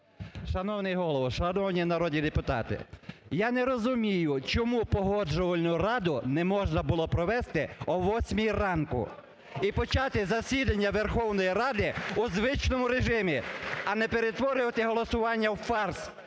Шановний Голово, шановні народні депутати! Я не розумію, чому Погоджувальну раду не можна було провести о 8 ранку і почати засідання Верховної Ради у звичному режимі, а не перетворювати голосування в фарс.